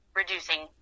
reducing